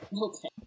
Okay